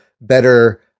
better